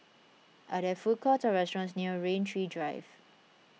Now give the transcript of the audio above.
are there food courts or restaurants near Rain Tree Drive